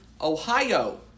Ohio